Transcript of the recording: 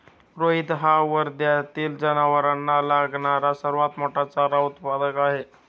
रोहित हा वर्ध्यातील जनावरांना लागणारा सर्वात मोठा चारा उत्पादक आहे